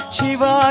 Shiva